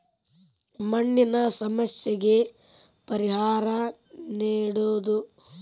ಮಣ್ಣಿನ ಸಮಸ್ಯೆಗೆ ಪರಿಹಾರಾ ನೇಡುದು